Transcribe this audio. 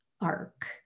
arc